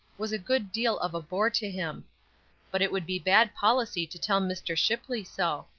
was a good deal of a bore to him but it would be bad policy to tell mr. shipley so.